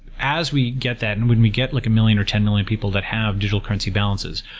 as we get that, and when we get like a million or ten million people that have digital currency balances,